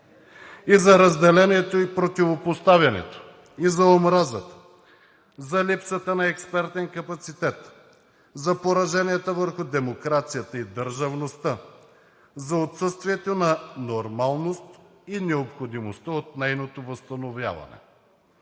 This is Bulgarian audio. и за разделението, и противопоставянето, и за омразата, за липсата на експертен капацитет, за пораженията върху демокрацията и държавността, за отсъствието на нормалност и необходимостта от нейното възстановяване.